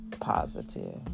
positive